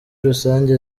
rusange